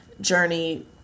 journey